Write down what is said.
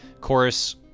chorus